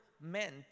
meant